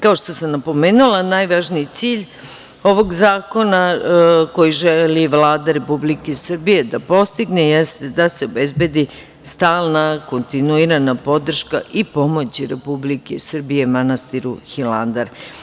Kao što sam napomenula, najvažniji cilj ovog zakona, koji želi Vlada Republike Srbije da postigne, jeste da se obezbedi stalna kontinuirana podrška i pomoć Republike Srbije manastiru Hilandar.